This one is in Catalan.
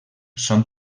són